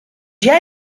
jij